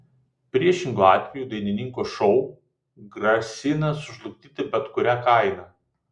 priešingu atveju dainininko šou grasina sužlugdyti bet kuria kaina